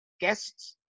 guests